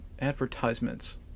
advertisements